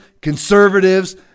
conservatives